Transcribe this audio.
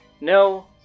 No